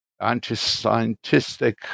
Anti-scientistic